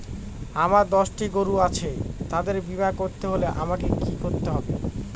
আমার দশটি গরু আছে তাদের বীমা করতে হলে আমাকে কি করতে হবে?